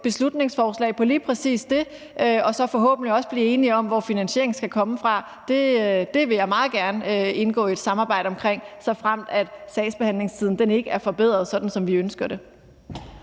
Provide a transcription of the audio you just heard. beslutningsforslag om lige præcis det og så forhåbentlig også blive enige om, hvor finansieringen skal komme fra. Det vil jeg meget gerne indgå i et samarbejde om, såfremt sagsbehandlingstiden ikke bliver forbedret, sådan som vi ønsker det.